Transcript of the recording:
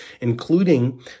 including